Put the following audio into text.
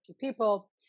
people